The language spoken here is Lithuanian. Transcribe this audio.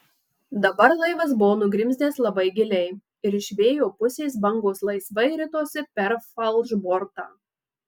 dabar laivas buvo nugrimzdęs labai giliai ir iš vėjo pusės bangos laisvai ritosi per falšbortą